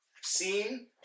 seen